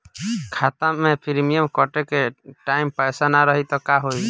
खाता मे प्रीमियम कटे के टाइम पैसा ना रही त का होई?